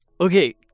Okay